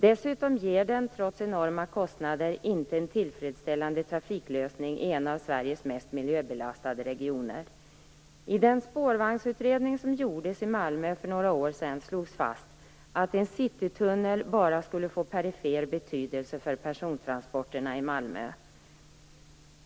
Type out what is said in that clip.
Dessutom ger den, trots enorma kostnader, inte en tillfredsställande trafiklösning i en av Sveriges mest miljöbelastade regioner. I den spårvagnsutredning som gjordes i Malmö för några år sedan slogs fast att en citytunnel bara skulle få perifer betydelse för persontransporterna i Malmö.